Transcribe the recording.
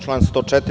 Član 104.